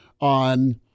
on